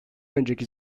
önceki